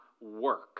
work